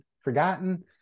forgotten